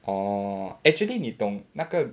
orh actually 你懂那个